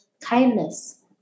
kindness